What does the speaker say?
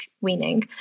weaning